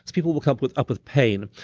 people will come up with up with pain.